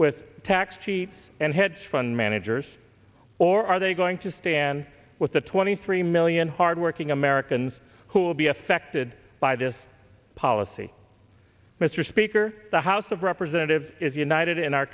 with tax cheat and hedge fund managers or are they going to stand with the twenty three million hardworking americans who will be affected by this policy mr speaker the house of representatives is united in our